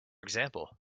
example